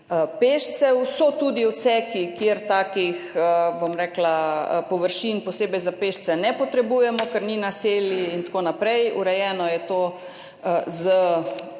pešcev, so tudi odseki, kjer takih površin posebej za pešce ne potrebujemo, ker ni naselij in tako naprej. Urejeno je to s